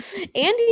Andy